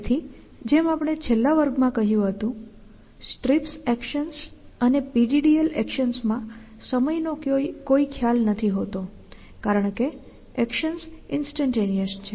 તેથી જેમ આપણે છેલ્લા વર્ગમાં કહ્યું હતું STRIPS એક્શન્સ અને PDDL એક્શન્સ માં સમયનો કોઈ ખ્યાલ નથી હોતો કારણ કે એક્શન્સ ઈન્સ્ટેન્ટેનિયસ છે